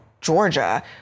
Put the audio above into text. Georgia